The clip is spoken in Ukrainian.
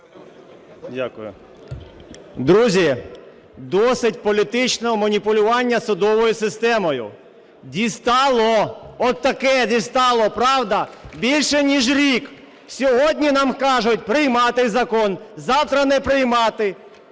Друзі, досить політичного маніпулювання судовою системою. Дістало, отаке дістало! Правда, більше ніж рік. Сьогодні нам кажуть приймати закон, завтра – не приймати.